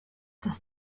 das